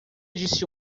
disse